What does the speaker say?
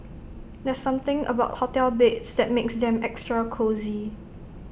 there's something about hotel beds that makes them extra cosy